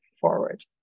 forward